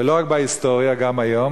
לא רק בהיסטוריה, גם היום.